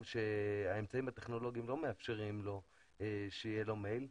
שהאמצעים הטכנולוגיים לא מאפשרים שיהיה לו מייל.